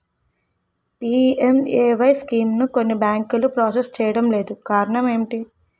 PMAY స్కీమును కొన్ని బ్యాంకులు ప్రాసెస్ చేయడం లేదు కారణం ఏమిటి?